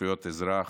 בזכויות אזרח,